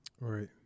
Right